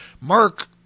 Mark